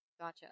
gotcha